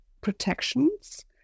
protections